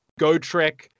GoTrek